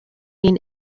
mean